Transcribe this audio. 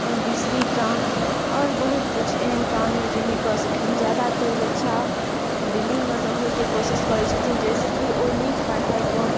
बिजली काम आओर बहुत किछु एहन काम यऽ जे नहि कऽ सकैत छथिन जादातर बच्चा दिल्लीमे रहैके कोशिश करै छथिन जे से कि ओ नीक पढ़ाइ कऽ